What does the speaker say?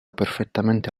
perfettamente